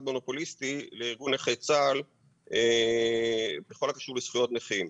מונופוליסטי לארגון נכי צה"ל בכל הקשור לזכויות נכים.